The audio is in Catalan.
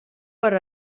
per